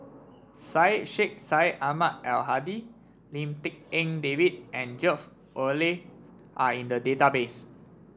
Syed Sheikh Syed Ahmad Al Hadi Lim Tik En David and George Oehler are in the database